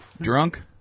drunk